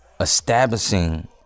establishing